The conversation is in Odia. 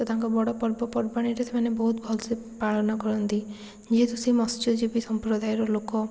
ତ ତାଙ୍କ ବଡ଼ ପର୍ବପର୍ବାଣୀରେ ସେମାନେ ବହୁତ ଭଲ ସେ ପାଳନ କରନ୍ତି ଯେହେତୁ ସିଏ ମତ୍ସ୍ୟଜୀବୀ ସମ୍ପ୍ରଦାୟର ଲୋକ